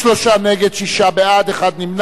23 נגד, שישה בעד, אחד נמנע.